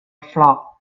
flaw